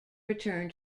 return